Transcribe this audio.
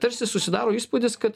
tarsi susidaro įspūdis kad